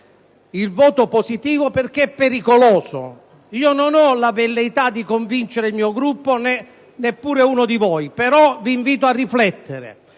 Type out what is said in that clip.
il voto positivo perché esso è pericoloso. Io non ho la velleità di convincere il mio Gruppo, e neppure uno di voi: però vi invito a riflettere.